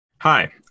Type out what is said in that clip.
Hi